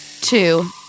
Two